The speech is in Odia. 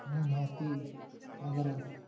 ମୁଁ ନିହାତି ଆପଣଙ୍କର